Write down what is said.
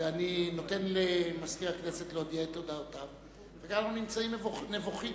נותן למזכיר הכנסת להודיע את הודעותיו ואז אנחנו נמצאים נבוכים.